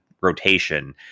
rotation